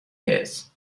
his